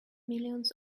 millions